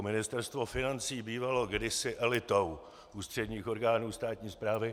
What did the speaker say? Ministerstvo financí bývalo kdysi elitou ústředních orgánů státní správy.